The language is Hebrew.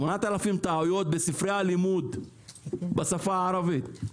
8,000 טעויות בספרי הלימודי בשפה הערבית,